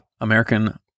American